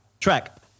track